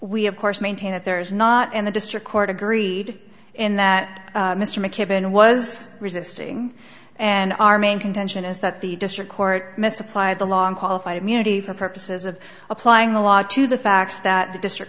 we of course maintain that there is not and the district court agreed in that mr mckibben was resisting and our main contention is that the district court misapplied the long qualified immunity for purposes of applying the law to the facts that the district